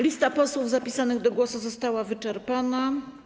Lista posłów zapisanych do głosu została wyczerpana.